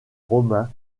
romains